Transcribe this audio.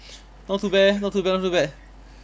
not too bad eh not too bad not too bad